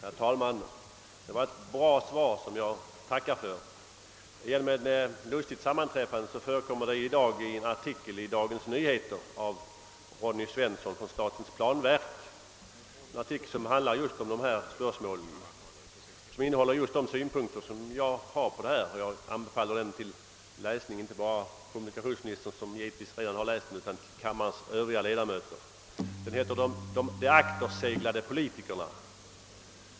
Herr talman! Det var ett bra svar, som jag tackar för. Genom ett lustigt sammanträffande förekommer det i Dagens Nyheter i dag en artikel av Ronny Svensson från statens planverk, en artikel som handlar just om dessa spörsmål och som innehåller de synpunkter jag har på denna fråga. Jag anbefaller artikeln till läsning — kommunikationsministern har givetvis redan läst den — av kammarens övriga ledamöter. Artikeln har rubriken »De akterseglade politikerna».